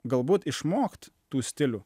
galbūt išmokt tų stilių